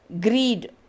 greed